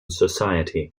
society